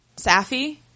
Safi